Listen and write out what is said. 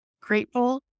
grateful